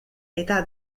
eta